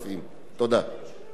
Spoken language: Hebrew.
תודה רבה לך, חבר הכנסת אגבאריה.